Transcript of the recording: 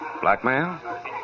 Blackmail